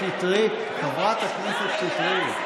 שטרית, חברת הכנסת שטרית.